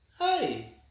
hey